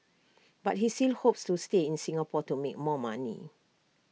but he still hopes to stay in Singapore to make more money